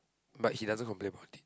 but he doesn't complain about it